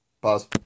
Pause